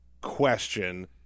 question